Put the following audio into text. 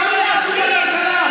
כמה זה חשוב לכלכלה,